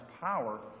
power